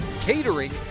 catering